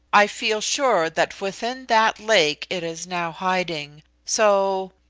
i feel sure that within that lake it is now hiding. so,